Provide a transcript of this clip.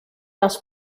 das